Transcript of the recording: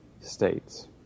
states